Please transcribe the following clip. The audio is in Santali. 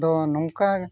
ᱫᱚ ᱱᱚᱝᱠᱟ